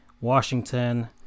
washington